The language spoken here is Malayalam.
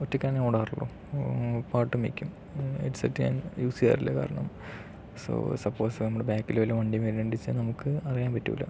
ഒറ്റക്കാണ് ഞാൻ ഓടാറുള്ളു പാട്ടും വെക്കും ഹെഡ്സെറ്റ് ഞാൻ യൂസെയ്യാറില്ല കാരണം സോ സപ്പോസ് നമ്മള് ബാക്കില് വല്ല വണ്ടിയും വരുന്നുണ്ടെന്ന് വെച്ചാൽ നമുക്ക് അറിയാൻ പറ്റൂലാ